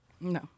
No